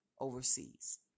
overseas